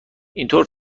اینطور